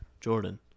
Jordan